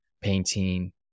painting